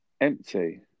empty